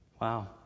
Wow